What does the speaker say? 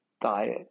diet